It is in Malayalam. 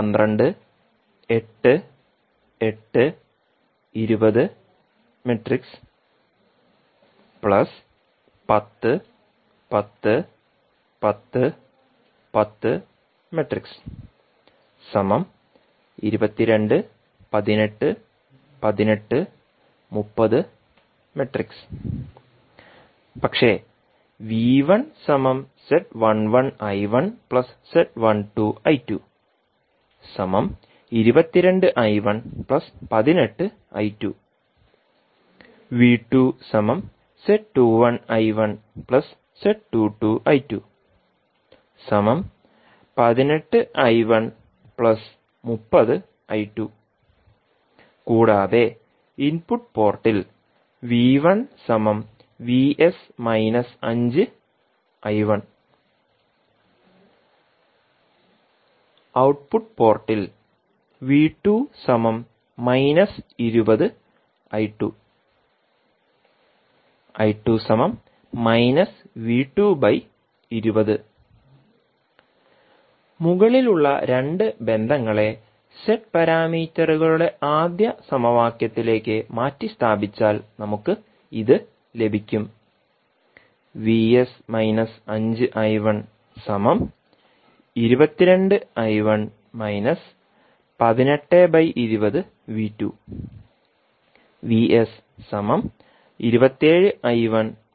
പക്ഷേ കൂടാതെ ഇൻപുട്ട് പോർട്ടിൽ ഔട്ട്പുട്ട് പോർട്ടിൽ മുകളിലുള്ള രണ്ട് ബന്ധങ്ങളെ z പാരാമീറ്ററുകളുടെ ആദ്യ സമവാക്യത്തിലേക്ക് മാറ്റിസ്ഥാപിച്ചാൽ നമുക്ക് ഇത് ലഭിക്കും